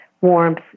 warmth